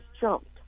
jumped